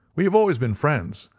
we have always been friends.